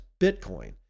Bitcoin